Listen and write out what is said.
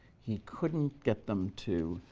he couldn't get them to